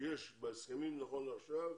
שיש בהסכמים נכון לעכשיו,